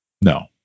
No